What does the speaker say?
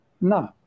No